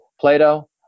Plato